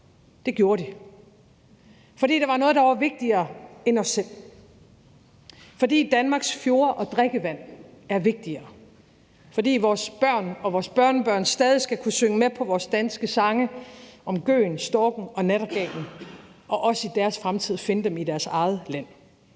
Det gjorde de, fordi der var noget, der var vigtigere end os selv, fordi Danmarks fjorde og drikkevand er vigtigere, og fordi vores børn og vores børnebørn stadig skal kunne synge med på vores danske sange om gøgen, storken og nattergalen og også i deres fremtid finde dem i deres eget land.